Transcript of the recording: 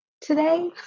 today